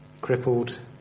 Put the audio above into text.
crippled